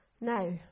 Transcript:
Now